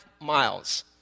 miles